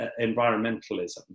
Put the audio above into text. environmentalism